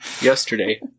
yesterday